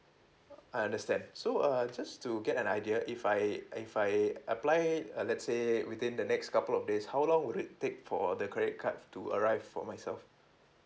I understand so uh just to get an idea if I if I apply it uh let's say within the next couple of days how long would it take for the credit card to arrive for myself